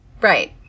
Right